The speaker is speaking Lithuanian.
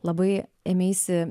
labai ėmeisi